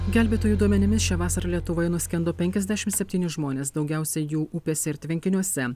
gelbėtojų duomenimis šią vasarą lietuvoje nuskendo penkiasdešimt septyni žmonės daugiausia jų upėse ir tvenkiniuose